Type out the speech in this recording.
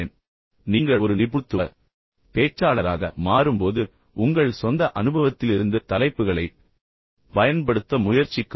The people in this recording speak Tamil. நீங்கள் ஒரு நிபுணராக மாறும்போது நீங்கள் ஒரு நிபுணத்துவ பேச்சாளராக மாறும்போது உங்கள் சொந்த அனுபவத்திலிருந்து தலைப்புகளைப் பயன்படுத்த முயற்சிக்கவும்